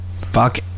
Fuck